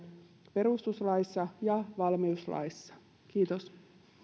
perustuslaissa ja valmiuslaissa kiitos